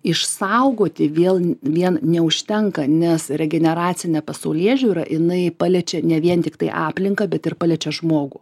išsaugoti vėl vien neužtenka nes regeneracinė pasaulėžiūra jinai paliečia ne vien tiktai aplinką bet ir paliečia žmogų